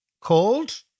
called